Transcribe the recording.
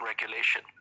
Regulation